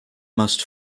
must